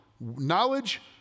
knowledge